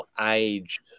aged